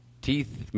Teeth